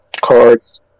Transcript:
Cards